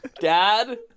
dad